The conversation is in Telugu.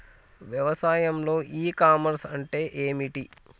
వ్యవసాయంలో ఇ కామర్స్ అంటే ఏమిటి?